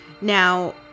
Now